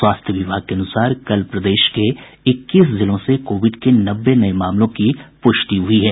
स्वास्थ्य विभाग के अनुसार कल प्रदेश के इक्कीस जिलों से कोविड के नब्बे नये मामलों की पुष्टि हुई है